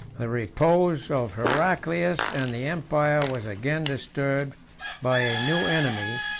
the repose of heraclius and the empire was again disturbed by a new enemy,